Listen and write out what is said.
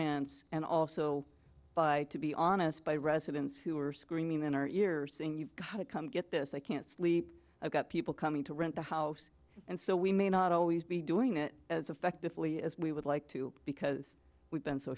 ems and also by to be honest by residents who are screaming in our years saying you've got to come get this i can't sleep i've got people coming to rent the house and so we may not always be doing it as effectively as we would like to because we've been so